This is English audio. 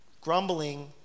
Grumbling